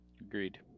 Agreed